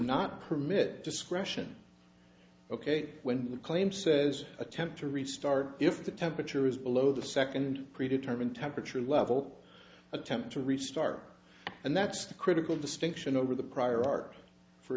not permit discretion ok when the claim says attempt to restart if the temperature is below the second pre determined temperature level attempt to restart and that's the critical distinction over the prior art for